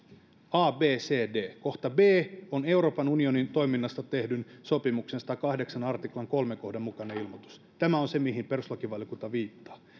a b c d kohta b on euroopan unionin toiminnasta tehdyn sopimuksen sadannenkahdeksannen artiklan kolmannen kohdan mukainen ilmoitus tämä on se mihin perustuslakivaliokunta viittaa